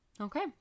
Okay